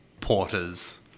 porters